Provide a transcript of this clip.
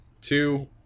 two